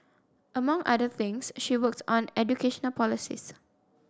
among other things she worked on educational policies